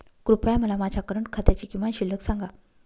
कृपया मला माझ्या करंट खात्याची किमान शिल्लक सांगा